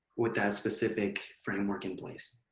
with that specific framework in place.